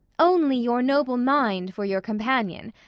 only your noble mind for your companion,